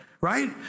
right